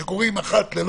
שקורים אחת ל-,